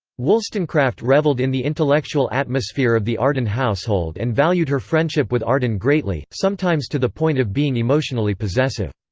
wollstonecraft revelled in the intellectual atmosphere of the arden household and valued her friendship with arden greatly, sometimes to the point of being emotionally possessive.